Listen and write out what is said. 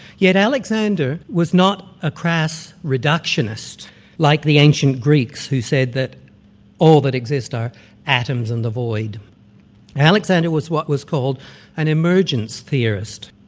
yet alexander was not a crass reductionist like the ancient greeks, who said that all that exist are atoms in the void. and alexander was what was called an emergence theorist.